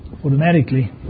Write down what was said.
automatically